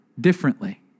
differently